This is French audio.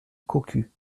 cocu